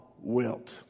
wilt